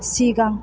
सिगां